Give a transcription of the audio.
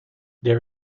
there